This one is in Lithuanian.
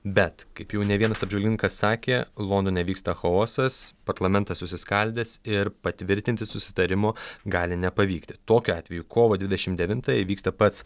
bet kaip jau ne vienas apžvalgininkas sakė londone vyksta chaosas parlamentas susiskaldęs ir patvirtinti susitarimo gali nepavykti tokiu atveju kovo dvidešim devintąją įvyksta pats